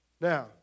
Now